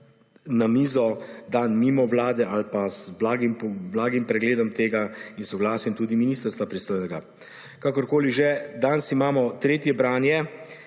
na mizo dan mimo Vlade ali pa z blagim pregledom tega in soglasjem tudi pristojnega ministrstva. Kakorkoli že, danes imamo tretje branje